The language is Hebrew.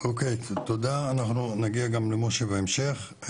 אוקי, תודה, אנחנו נגיע גם למשה בהמשך,